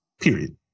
period